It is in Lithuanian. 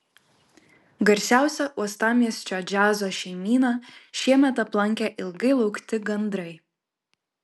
garsiausią uostamiesčio džiazo šeimyną šiemet aplankė ilgai laukti gandrai